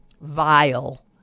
vile